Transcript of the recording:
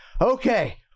okay